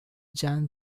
jean